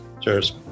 Cheers